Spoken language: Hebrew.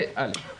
זה דבר ראשון.